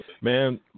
Man